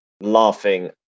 laughing